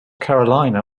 carolina